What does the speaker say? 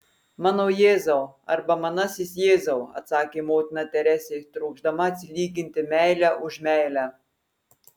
mano jėzau arba manasis jėzau atsakė motina teresė trokšdama atsilyginti meile už meilę